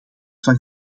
van